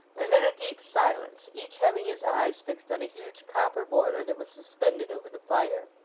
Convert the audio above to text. and in a deep silence, each having his eyes fixed on a huge copper boiler that was suspended over the fire.